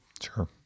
Sure